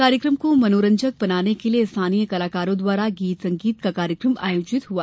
कार्यक्रम को मनोरंजक बनाने के लिए स्थानीय कलाकारों द्वारा गीत संगीत का कार्यक्रम आयोजित हुआ